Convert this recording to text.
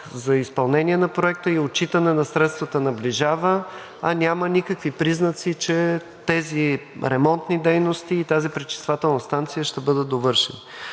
за изпълнение на Проекта и отчитане на средствата наближава, а няма никакви признаци, че тези ремонтни дейности и тази пречиствателна станция ще бъдат довършени.